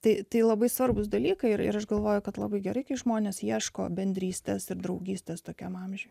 tai labai svarbūs dalykai ir išgalvoja kad labai gerai kai žmonės ieško bendrystės ir draugystės tokiam amžiui